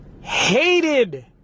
hated